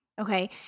Okay